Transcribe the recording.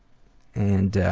and, ah,